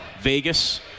Vegas